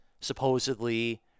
supposedly